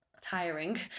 tiring